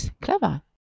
Clever